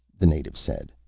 the native said.